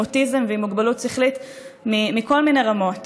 אוטיזם ועם מוגבלות שכלית מכל מיני רמות.